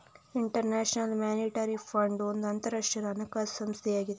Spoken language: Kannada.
ಇಂಟರ್ ನ್ಯಾಷನಲ್ ಮಾನಿಟರಿ ಫಂಡ್ ಒಂದು ಅಂತರಾಷ್ಟ್ರೀಯ ಹಣಕಾಸು ಸಂಸ್ಥೆಯಾಗಿದೆ